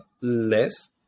less